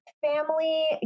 family